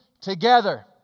together